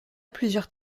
plusieurs